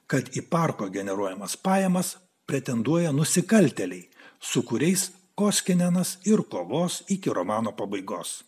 kad į parko generuojamas pajamas pretenduoja nusikaltėliai su kuriais koskinenas ir kovos iki romano pabaigos